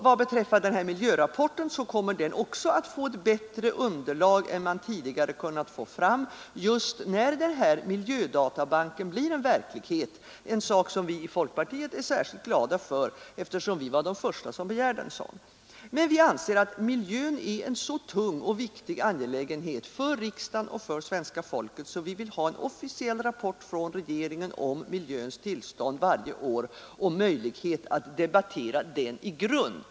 Vad beträffar miljörapporten kommer denna också att få ett bättre underlag än man tidigare kunnat få fram just när miljödatabanken blir en verklighet — en sak som vi i folkpartiet är särskilt glada för, eftersom vi var de första som begärde en sådan. Men vi anser att miljön är en så tung och viktig angelägenhet för riksdagen och svenska folket, att vi vill ha en officiell rapport från regeringen om miljöns tillstånd varje år och möjlighet att debattera den i grund.